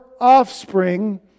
offspring